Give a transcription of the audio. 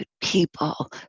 people